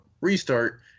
restart